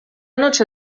noce